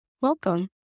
Welcome